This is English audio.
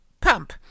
pump